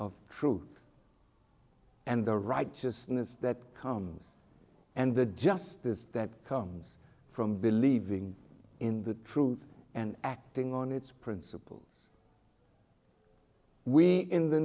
of truth and the righteousness that comes and the justice that comes from believing in the truth and acting on its principle we in the